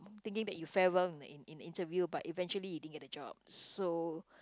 thinking that you fare well in in interview but eventually you didn't get the job so